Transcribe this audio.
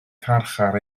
carchar